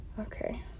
Okay